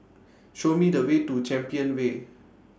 Show Me The Way to Champion Way